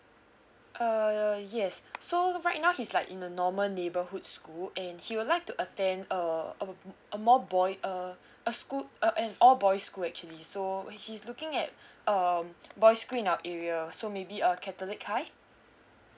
uh yes so right now he's like in a normal neighbourhood school and he would like to attend a um a more boy uh a school uh and all boys school actually so he's looking at um boy school in our area so maybe a catholic high